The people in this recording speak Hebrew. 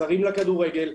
זרים לכדורגל,